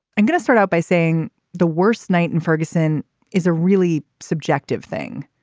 i'm going to start out by saying the worst night in ferguson is a really subjective thing.